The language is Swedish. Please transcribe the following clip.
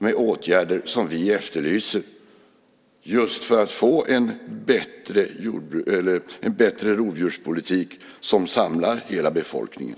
Det är åtgärder som vi efterlyser just för att få en bättre rovdjurspolitik som samlar hela befolkningen.